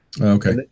Okay